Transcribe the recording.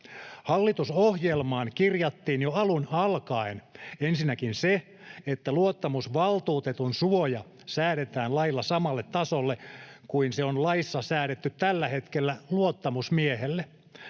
hallitusohjelmaan kirjattiin jo alun alkaen ensinnäkin se, että luottamusvaltuutetun suoja säädetään lailla samalle tasolle kuin se on laissa säädetty tällä hetkellä luottamusmiehelle.